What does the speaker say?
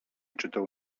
czytał